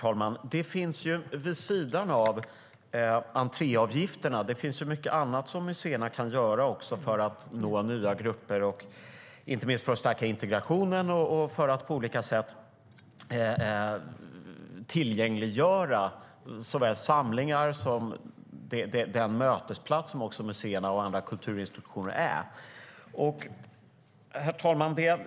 Vid sidan av entréavgifterna finns det mycket annat som museerna kan göra för att nå nya grupper och, inte minst, för att stärka integrationen och för att på olika sätt tillgängliggöra såväl samlingar som den mötesplats som museerna och andra kulturinstitutioner är. Herr talman!